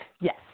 Yes